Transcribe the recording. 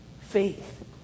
Faith